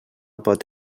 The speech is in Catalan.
pot